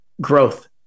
Growth